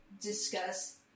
discuss